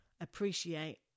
appreciate